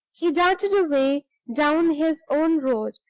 he darted away down his own road,